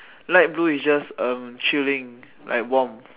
like blue is just uh chilling like warm